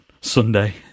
Sunday